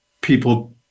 people